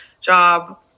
job